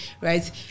right